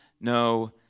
no